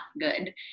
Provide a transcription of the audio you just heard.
good